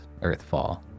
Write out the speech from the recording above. Earthfall